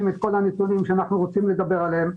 את כל הנתונים עליהם אנחנו רוצים לדבר.